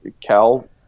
Cal